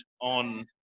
on